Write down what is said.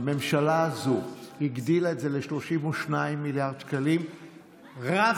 הממשלה הזו הגדילה את זה ל-32 מיליארד שקלים רב-שנתי.